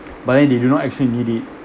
but then they do not actually need it